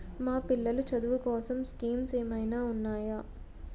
మా పిల్లలు చదువు కోసం స్కీమ్స్ ఏమైనా ఉన్నాయా?